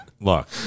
look